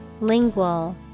Lingual